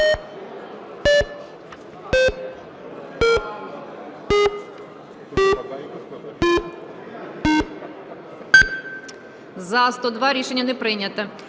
За-193 Рішення не прийнято.